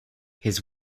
his